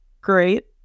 great